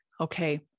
okay